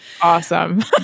Awesome